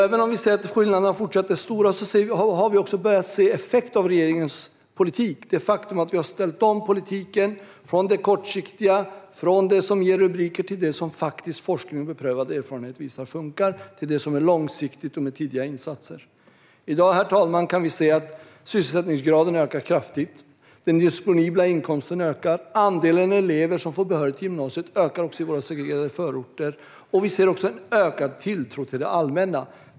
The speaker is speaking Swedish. Även om vi ser att skillnaderna fortfarande är stora har vi börjat se effekt av regeringens politik. Regeringen har ställt om politiken från kortsiktighet och det som ger rubriker till långsiktighet, tidiga insatser och det som forskning och beprövad verksamhet visar funkar. Herr talman! I dag ser vi att sysselsättningsgraden ökar kraftigt, att den disponibla inkomsten ökar och att andelen elever som får behörighet till gymnasiet ökar i våra segregerade förorter. Vi ser också en ökad tilltro till det allmänna.